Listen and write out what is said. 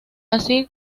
así